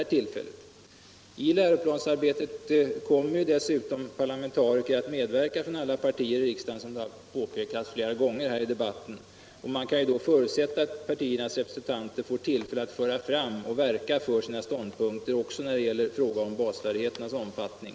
Fredagen den I läroplansarbetet kommer dessutom parlamentariker att medverka från 21 maj 1976 alla partier i riksdagen. Man kan förutsätta att partiernas representanter — då får tillfälle att föra fram och verka för sina ståndpunkter också i fråga — Skolans inre arbete om basfärdigheternas omfattning.